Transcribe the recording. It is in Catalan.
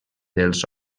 dels